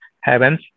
heavens